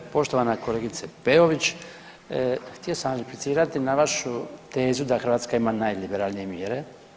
Poštovana kolegice Peović htio sam implicirati na vašu tezu da Hrvatska ima najliberalnije mjere.